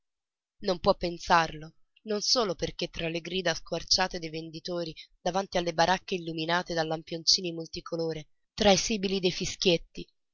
non può pensarlo non solo perché tra le grida squarciate dei venditori davanti alle baracche illuminate da lampioncini multicolori tra i sibili dei fischietti